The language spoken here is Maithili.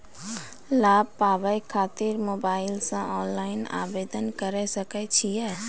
लाभ पाबय खातिर मोबाइल से ऑनलाइन आवेदन करें सकय छियै?